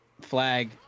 flag